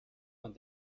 man